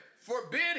forbid